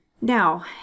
Now